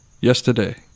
yesterday